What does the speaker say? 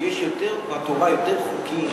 שיש בתורה יותר חוקים